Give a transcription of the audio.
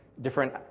different